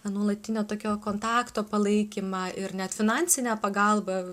nuolatinio tokio kontakto palaikymą ir net finansinę pagalbą